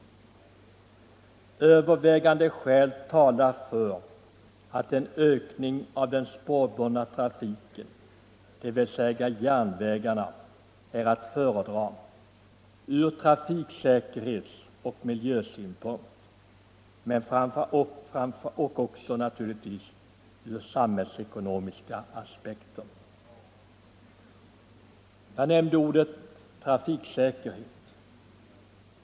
Övervägande skäl talar för att en ökning av den spårbundna trafiken — dvs. järnvägarna — är att föredra ur trafiksäkerhetsoch miljösynpunkt och naturligtvis också ur samhällsekonomiska aspekter. Jag nämnde trafiksäkerheten.